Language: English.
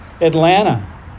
Atlanta